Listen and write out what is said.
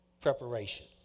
preparation